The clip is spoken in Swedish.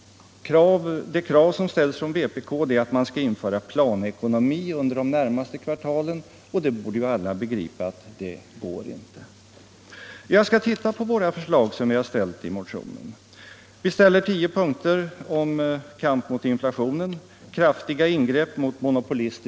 De krav som ställs av vpk betyder, menar han, att man skall införa planekonomi under de närmaste kvartalen, och alla borde ju begripa att det inte går. Jag skall titta på våra förslag i motionen. Vi ställer upp tio punkter för kamp mot inflationen: 2.